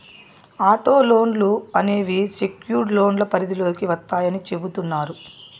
auto లోన్లు అనేవి secured లోన్ల పరిధిలోకి వత్తాయని చెబుతున్నారు